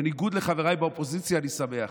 בניגוד לחבריי באופוזיציה, אני שמח,